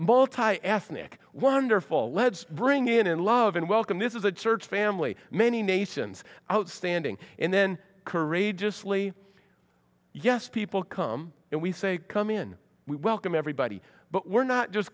multi ethnic wonderful leds bring in and love and welcome this is a church family many nations outstanding and then courageously yes people come and we say come in we welcome everybody but we're not just